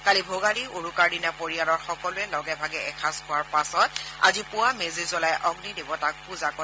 কালি ভোগালীৰ উৰুকাৰ দিনা পৰিয়ালৰ সকলোৱে লগেভাগে এসাঁজ খোৱাৰ পাছত আজি পুৱা মেজি জুলাই অগ্নি দেৱতাক পূজা কৰে